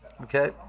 Okay